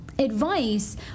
Advice